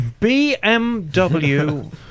bmw